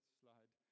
slide